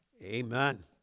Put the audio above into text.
Amen